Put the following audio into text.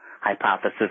hypothesis